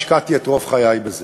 השקעתי את רוב חיי בזה.